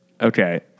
Okay